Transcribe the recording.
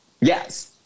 Yes